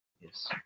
Yes